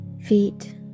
feet